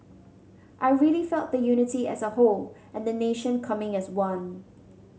I really felt the unity as a whole and the nation coming as one